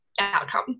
outcome